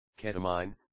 ketamine